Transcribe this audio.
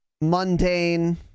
mundane